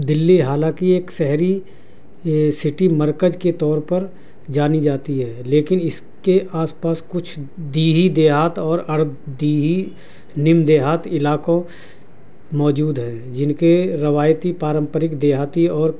دلی حالانکہ ایک شہری سٹی مرکز کے طور پر جانی جاتی ہے لیکن اس کے آس پاس کچھ دیہی دیہات اور اردھ دیہی نیم دیہاتی علاقوں موجود ہیں جن کے روایتی پارمپرک دیہاتی اور